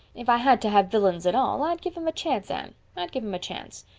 if i had to have villains at all, i'd give them a chance, anne i'd give them a chance.